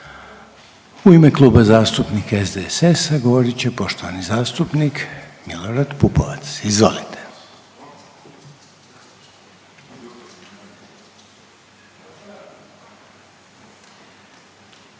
U ime Kluba zastupnika SDSS-a govorit će poštovani zastupnik Milorad Pupovac. Izvolite.